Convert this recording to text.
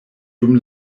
dum